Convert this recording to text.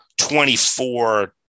24